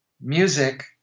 music